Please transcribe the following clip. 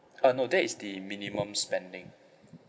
uh no that is the minimum spending